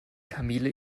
kamele